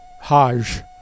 Hajj